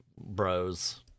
Bros